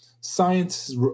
Science